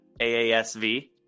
AASV